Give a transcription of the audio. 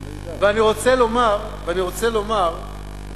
אני רוצה לומר,